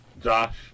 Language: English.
Josh